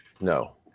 No